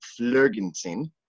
Flergensen